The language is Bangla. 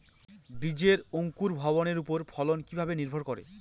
বীজের অঙ্কুর ভবনের ওপর ফলন কিভাবে নির্ভর করে?